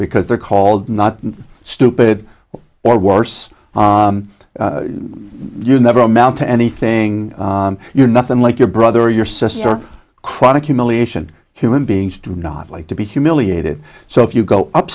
because they're called not stupid or worse you never amount to anything you're nothing like your brother your sister chronic humiliation human beings do not like to be humiliated so if you go